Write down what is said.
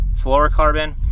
fluorocarbon